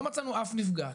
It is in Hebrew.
לא מצאנו אך נפגע,